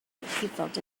felt